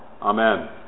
Amen